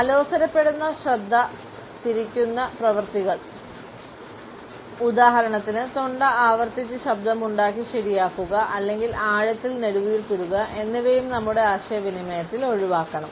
അലോസരപ്പെടുത്തുന്ന ശ്രദ്ധ തിരിക്കുന്ന പ്രവർത്തികൾ ഉദാഹരണത്തിന് തൊണ്ട ആവർത്തിച്ച് ശബ്ദമുണ്ടാക്കി ശരിയാക്കുക അല്ലെങ്കിൽ ആഴത്തിൽ നെടുവീർപ്പിടുക എന്നിവയും നമ്മുടെ ആശയവിനിമയത്തിൽ ഒഴിവാക്കണം